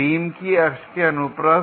beam की अक्ष के अनुप्रस्थ